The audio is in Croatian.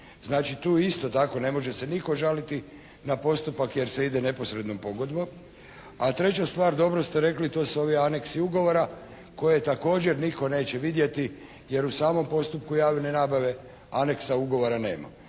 Znači tu isto tako ne može se nitko žaliti na postupak jer se ide neposrednom pogodbom. A treća stvar, dobro ste rekli, to su ovi aneksi ugovora koje također nitko neće vidjeti, jer u samom postupku javne nabave aneksa ugovora nema.